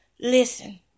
listen